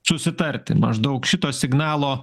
susitarti maždaug šito signalo